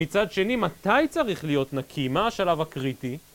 מצד שני, מתי צריך להיות נקי, מה השלב הקריטי?